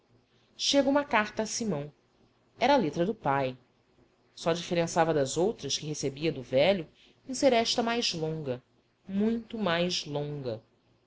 chega uma carta a simão era letra do pai só diferençava das outras que recebia do velho em ser esta mais longa muito mais longa